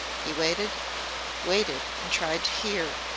he waited waited and tried to hear,